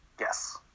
Yes